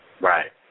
Right